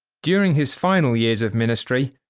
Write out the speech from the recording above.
during his final years of ministry,